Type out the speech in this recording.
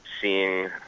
seeing